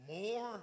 more